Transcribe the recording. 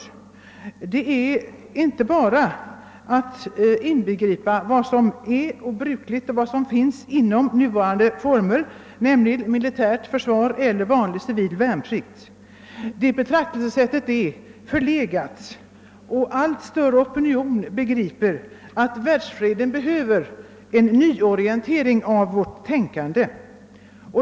I detta får inte bara inbegripas nu existerande och brukliga försvarsformer, dvs. militärt försvar och vanlig civil värnplikt. Detta betraktelsesätt är förlegat. En allt större opinion begriper att världsfreden kräver en nyorientering av vårt tänkande.